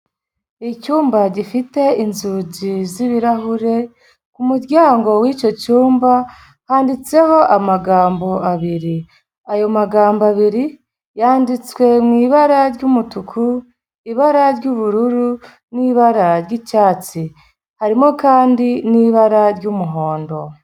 Icyumba gifite inzugi z'ibirahure, ku muryango w'icyo cyumba handitseho amagambo abiri, ayo magambo abiri yanditswe mu ibara ry'umutuku, ibara ry'ubururu n'ibara ry'icyatsi harimo kandi n'ibara ry'umuhondo.